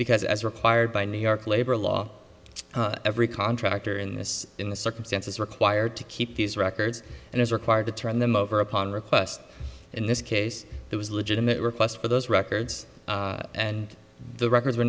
because as required by new york labor law every contractor in this in the circumstances required to keep these records and is required to turn them over upon request in this case there was a legitimate request for those records and the records were